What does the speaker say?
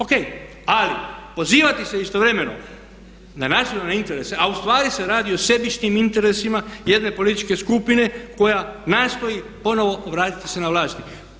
O.K., ali, pozivati se istovremeno na nacionalne interese a ustvari se radi o sebičnim interesima jedne političke skupine koja nastoji ponovno vratiti se na vlast.